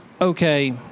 okay